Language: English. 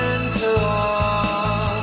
i